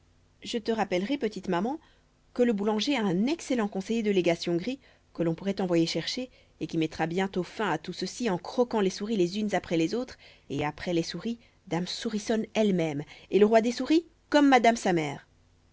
je te rappellerai petite maman que le boulanger a un excellent conseiller de légation gris que l'on pourrait envoyer chercher et qui mettra bientôt fin à tout ceci en croquant les souris les unes après les autres et après les souris dame souriçonne elle-même et le roi des souris comme madame sa mère